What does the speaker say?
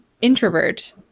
introvert